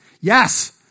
yes